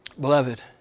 Beloved